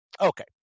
Okay